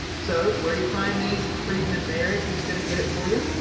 so, where you find these? freedmen's marriage is going to get it for you.